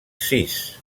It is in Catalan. sis